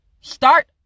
Start